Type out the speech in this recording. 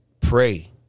pray